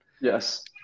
yes